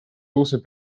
also